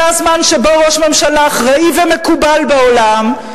זה הזמן שבו ראש ממשלה אחראי ומקובל בעולם,